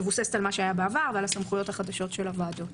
מבוססת על מה שהיה בעבר ועל הסמכויות החדשות של הוועדות.